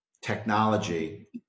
technology